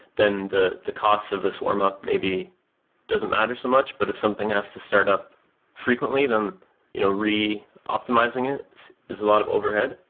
then the the cost of this warm up may be doesn't matter so much, but if something has to start up frequently, then you know re-optimizing it is a lot of overhead.